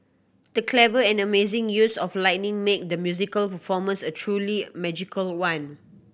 the clever and amazing use of lighting made the musical performance a truly magical one